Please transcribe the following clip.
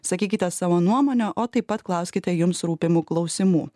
sakykite savo nuomonę o taip pat klauskite jums rūpimų klausimų